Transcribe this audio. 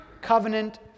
covenant